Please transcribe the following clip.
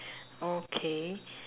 okay